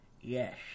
Yes